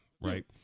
right